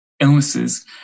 Illnesses